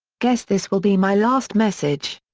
guess this will be my last message.